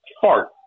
fart